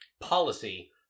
policy